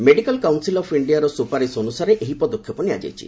medical council of India ର ସ୍ରପାରିଶ ଅନୁସାରେ ଏହି ପଦକ୍ଷେପ ନିଆଯାଇଛି